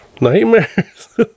nightmares